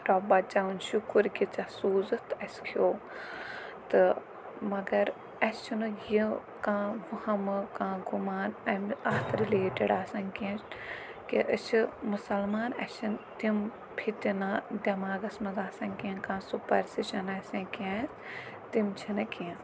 رۄبہ چون شُکُر کہِ ژےٚ سوٗزُتھ اَسہِ کھیوٚ تہٕ مَگر اَسہِ چھُنہٕ یہِ کانٛہہ وہمہٕ کانٛہہ گُمان اَمہِ اَتھ رِلیٹِڈ آسان کینٛہہ کہِ أسۍ چھِ مُسلمان اَسہِ چھِنہٕ تِم فِتنہٕ دیٚماغَس منٛز آسان کینٛہہ کانٛہہ سُپَرسِشَن آسہِ یا کینٛہہ آسہِ تِم چھِنہٕ کینٛہہ